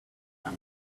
them